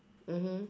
mmhmm